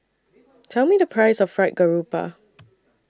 Tell Me The Price of Fried Garoupa